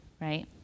right